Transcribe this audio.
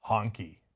honkey.